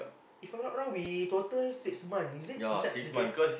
if I'm not wrong we total six month is it inside the camp